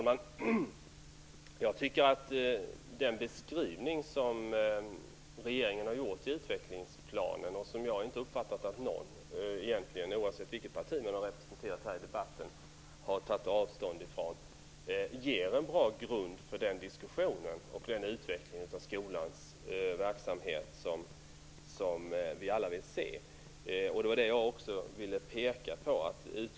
Herr talman! Den beskrivning som regeringen har gjort i utvecklingsplanen har jag inte uppfattat att någon i debatten, oavsett vilket parti de representerar, tagit avstånd ifrån. Den ger en bra grund för den diskussion och den utveckling av skolans verksamhet som vi alla vill se.